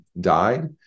died